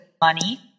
money